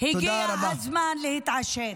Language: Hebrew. הגיע הזמן להתעשת.